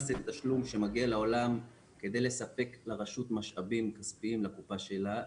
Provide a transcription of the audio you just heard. מס זה תשלום שמגיע לעולם כדי לספק לרשות משאבים כספיים לקופה שלה.